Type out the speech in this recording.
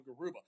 Garuba